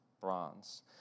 bronze